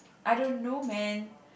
I don't know man